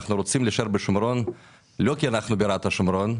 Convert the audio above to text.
אנחנו רוצים להישאר בשומרון לא כי אנחנו בירת השומרון,